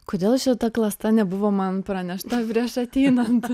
kodėl šita klasta nebuvo man pranešta prieš ateinant